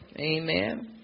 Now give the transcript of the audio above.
Amen